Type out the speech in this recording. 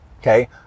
okay